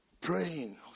praying